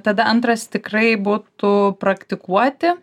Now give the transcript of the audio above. tada antras tikrai būtų praktikuoti